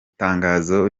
tangazo